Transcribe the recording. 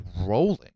rolling